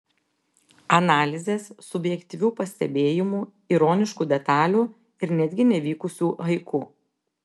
analizės subjektyvių pastebėjimų ironiškų detalių ir netgi nevykusių haiku